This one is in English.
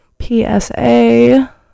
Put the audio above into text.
PSA